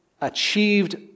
achieved